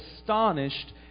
astonished